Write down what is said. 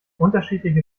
unterschiedliche